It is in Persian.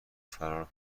فرار